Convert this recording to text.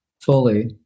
fully